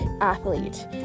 athlete